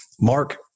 Mark